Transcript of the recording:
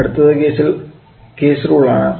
അടുത്തത് case rule ആണ്